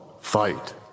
Fight